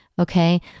okay